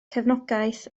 cefnogaeth